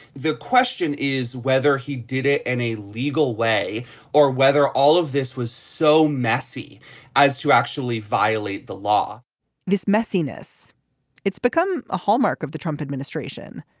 the question is whether he did it in a legal way or whether all of this was so messy as to actually violate the law this messiness it's become a hallmark of the trump administration.